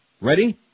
Ready